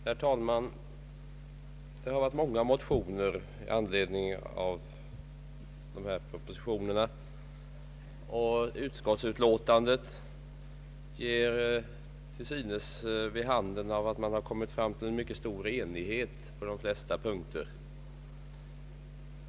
Herr talman! Många motioner har väckts i anledning av Kungl. Maj:ts i statsverkspropositionen framlagda förslag angående det statliga utvecklingsbiståndet. Utskottsutlåtandet ger vid handen att mycket stor enighet har nåtts på de flesta punkter.